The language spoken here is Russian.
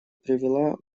привела